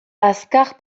azkar